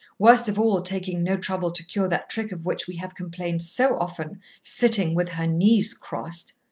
worst of all, taking no trouble to cure that trick of which we have complained so often sitting with her knees crossed.